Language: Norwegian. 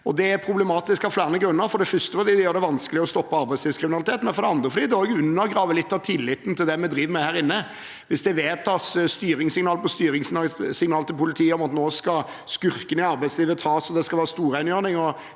Det er problematisk av flere grunner: For det første gjør det det vanskelig å stoppe arbeidslivskriminalitet, og for det andre undergraver det noe av tilliten til det vi driver med her inne. Hvis det gis styringssignal på styringssignal til politiet om at nå skal skurkene i arbeidslivet tas – det skal være storrengjøring